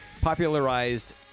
popularized